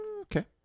Okay